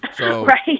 Right